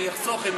אני אחסוך.